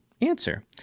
answer